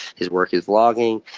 his work is vlogging.